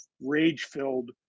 rage-filled